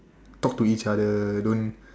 talk to each other don't